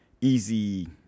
easy